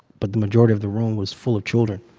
but the majority of the room was full of children.